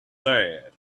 sad